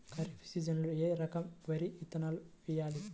ఖరీఫ్ సీజన్లో ఏ రకం వరి విత్తనాలు వేయాలి?